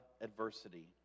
adversity